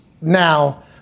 now